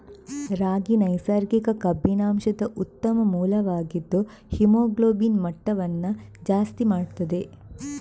ರಾಗಿ ನೈಸರ್ಗಿಕ ಕಬ್ಬಿಣಾಂಶದ ಉತ್ತಮ ಮೂಲವಾಗಿದ್ದು ಹಿಮೋಗ್ಲೋಬಿನ್ ಮಟ್ಟವನ್ನ ಜಾಸ್ತಿ ಮಾಡ್ತದೆ